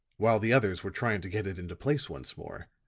while the others were trying to get it into place once more,